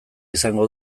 izango